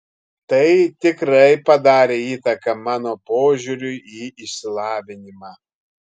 tai tikrai padarė įtaką mano požiūriui į išsilavinimą